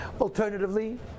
Alternatively